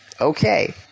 Okay